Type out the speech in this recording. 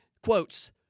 Quotes